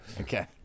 Okay